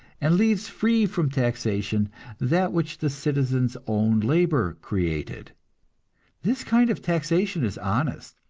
and leaves free from taxation that which the citizens' own labor created this kind of taxation is honest,